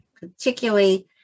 particularly